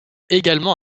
également